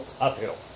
Uphill